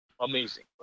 amazing